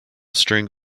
string